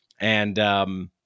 And-